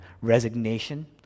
resignation